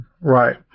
Right